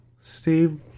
Steve